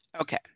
okay